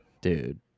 Dude